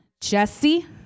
Jesse